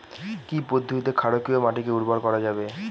কি পদ্ধতিতে ক্ষারকীয় মাটিকে উর্বর করা যাবে?